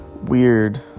weird